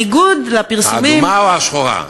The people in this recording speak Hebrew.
האדומה או השחורה?